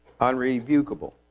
unrebukable